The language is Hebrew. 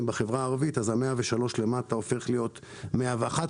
בחברה הערבית אז ה-103 למטה הופך להיות 111,